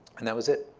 and that was it.